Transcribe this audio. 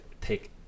take